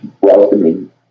welcoming